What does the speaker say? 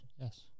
yes